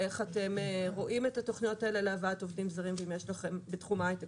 איך אתם רואים את התוכניות האלה להבאת עובדים זרים בתחום ההיי-טק